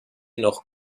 noch